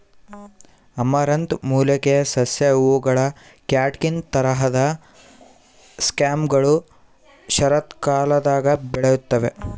amaranth ಮೂಲಿಕೆಯ ಸಸ್ಯ ಹೂವುಗಳ ಕ್ಯಾಟ್ಕಿನ್ ತರಹದ ಸೈಮ್ಗಳು ಶರತ್ಕಾಲದಾಗ ಬೆಳೆಯುತ್ತವೆ